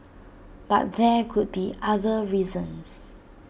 but there could be other reasons